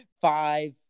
five